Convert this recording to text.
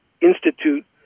institute